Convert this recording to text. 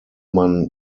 man